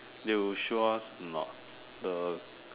they'll show us not the